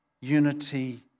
unity